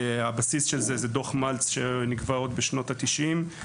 הבסיס של זה הוא דוח מלץ שנקבע עוד בשנות ה-90.